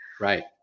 right